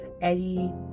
Eddie